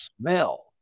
smell